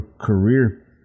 career